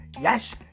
Yes